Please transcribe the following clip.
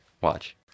Watch